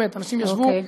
באמת, אנשים ישבו, אוקיי.